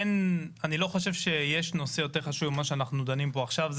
אני לא חושב שיש נושא יותר חשוב ממה שאנחנו דנים פה עכשיו.